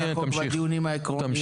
להתקדם בחוק בדיונים העקרוניים הללו.